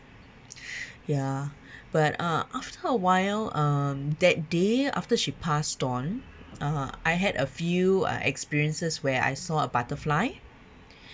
ya but uh after a while um that day after she passed on uh I had a few uh experiences where I saw a butterfly